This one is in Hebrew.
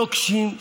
לוקשים,